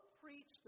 preach